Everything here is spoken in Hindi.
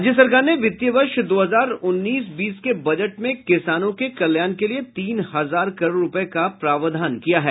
राज्य सरकार ने वित्तीय वर्ष दो हजार उन्नीस बीस के बजट में किसानों के कल्याण के लिए तीन हजार करोड़ रूपये का प्रावधान किया है